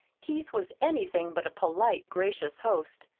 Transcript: keith was anything but a polite, gracious host.